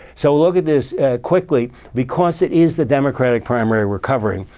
so look at this quickly, because it is the democratic primary we're covering.